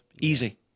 Easy